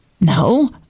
No